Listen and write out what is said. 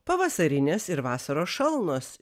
pavasarinės ir vasaros šalnos